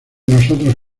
nosotros